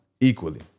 equally